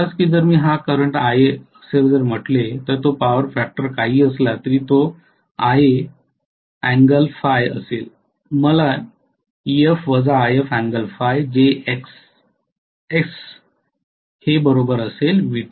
फरक एवढाच की जर मी जर हा करंट Ia असे म्हटले तर तो पॉवर फॅक्टर काहीही असला तरी तो Ia असेल